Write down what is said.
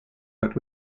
but